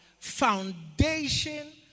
foundation